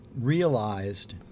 realized